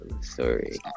Sorry